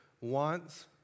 wants